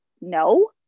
no